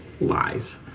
lies